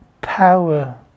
power